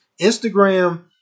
Instagram